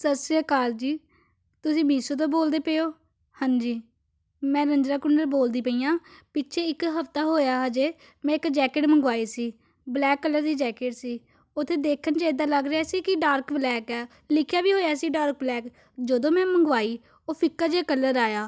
ਸਤਿ ਸ਼੍ਰੀ ਅਕਾਲ ਜੀ ਤੁਸੀਂ ਮੀਸ਼ੋ ਤੋਂ ਬੋਲਦੇ ਪਏ ਹੋ ਹਾਂਜੀ ਮੈਂ ਰੰਜਨਾ ਕੁਲਰ ਬੋਲਦੀ ਪਈ ਹਾਂ ਪਿੱਛੇ ਇੱਕ ਹਫਤਾ ਹੋਇਆ ਅਜੇ ਮੈਂ ਇੱਕ ਜੈਕਿਟ ਮੰਗਵਾਈ ਸੀ ਬਲੈਕ ਕਲਰ ਦੀ ਜੈਕਿਟ ਸੀ ਉੱਥੇ ਦੇਖਣ 'ਚ ਇੱਦਾਂ ਲੱਗ ਰਿਹਾ ਸੀ ਕਿ ਡਾਰਕ ਬਲੈਕ ਹੈ ਲਿਖਿਆ ਵੀ ਹੋਇਆ ਸੀ ਡਾਰਕ ਬਲੈਕ ਜਦੋਂ ਮੈਂ ਮੰਗਵਾਈ ਉਹ ਫਿੱਕਾ ਜਿਹਾ ਕਲਰ ਆਇਆ